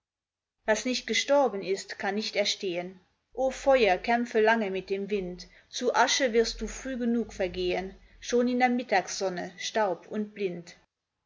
was nicht gestorben ist kann nicht erstehn o feuer kämpfe lange mit dem wind zu asche wirst du früh genug vergehn schon in der mittagsonne staub und blind